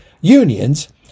Unions